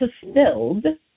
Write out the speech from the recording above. fulfilled